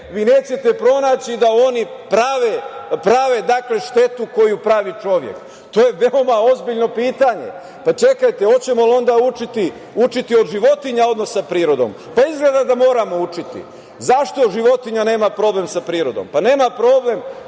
vi nećete pronaći da oni prave štetu koju pravi čovek. To je veoma ozbiljno pitanje. Čekajte, hoćemo li onda učiti od životinja odnos sa prirodom? Pa, izgleda da moramo učiti. Zašto životinja nema problem sa prirodom. Nema problem